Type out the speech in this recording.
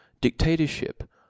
dictatorship